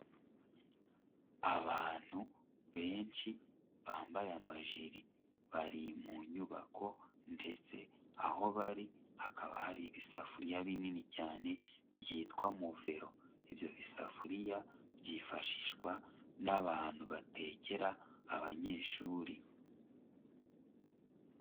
Abantu benshi bambaye amajire bari mu nyubako ndetse aho bari hakaba hari ibisafuriya binini cyane byitwa muvero, ibyo bisafuriya byifashishwa n'abantu batekera abanyeshuri.